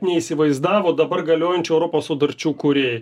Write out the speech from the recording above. neįsivaizdavo dabar galiojančių europos sutarčių kūrėjai